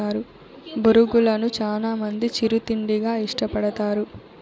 బొరుగులను చానా మంది చిరు తిండిగా ఇష్టపడతారు